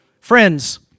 Friends